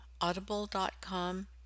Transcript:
Audible.com